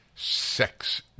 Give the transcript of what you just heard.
sex